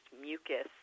mucus